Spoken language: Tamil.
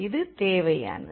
இது தேவையானது